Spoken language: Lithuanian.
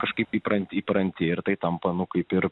kažkaip įpranti įpranti ir tai tamponu kaip ir